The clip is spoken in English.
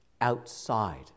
outside